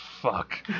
fuck